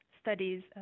studies